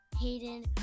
hayden